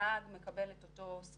הנהג מקבל את אותו שכר,